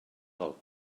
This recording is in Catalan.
del